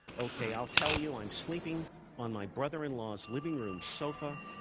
ok i'll tell you, i'm sleeping on my brother-in-law's living room's sofa.